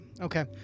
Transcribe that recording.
Okay